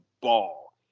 ball